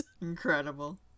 Incredible